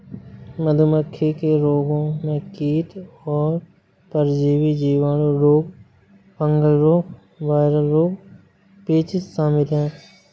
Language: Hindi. मधुमक्खी के रोगों में कीट और परजीवी, जीवाणु रोग, फंगल रोग, वायरल रोग, पेचिश शामिल है